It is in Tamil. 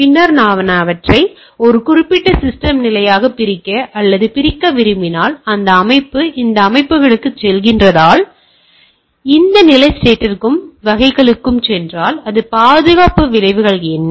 பின்னர் நான் அவற்றை ஒரு குறிப்பிட்ட சிஸ்டம் நிலையாகப் பிரிக்க அல்லது பிரிக்க விரும்பினால் இந்த அமைப்பு இந்த அமைப்புக்குச் செல்கிறதென்றால் இந்த நிலை ஸ்டேட்ற்கும் வகைகளுக்கும் சென்றால் அது பாதுகாப்பு விளைவுகள் என்ன